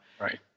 Right